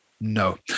No